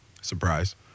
Surprise